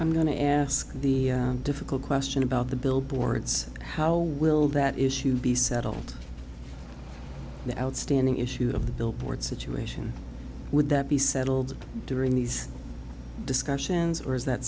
i'm going to ask the difficult question about the billboards how will that issue be settled the outstanding issue of the billboard situation would that be settled during these discussions or is that